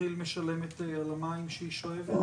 כי"ל משלמת על המים שהיא שואבת?